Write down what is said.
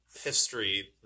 history